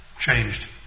changed